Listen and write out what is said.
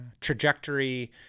trajectory